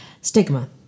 stigma